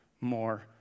more